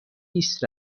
نیست